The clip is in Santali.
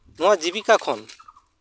ᱱᱚᱣᱟ ᱡᱤᱵᱤᱠᱟ ᱠᱷᱚᱱ